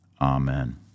Amen